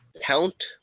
Count